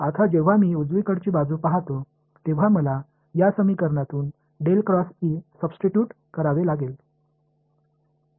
आता जेव्हा मी उजवीकडची बाजू पाहतो तेव्हा मला या समीकरणातून सब्स्टिटूट करावे लागेल